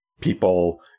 people